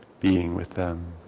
being with them.